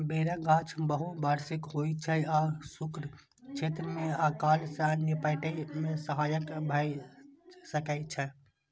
बेरक गाछ बहुवार्षिक होइ छै आ शुष्क क्षेत्र मे अकाल सं निपटै मे सहायक भए सकै छै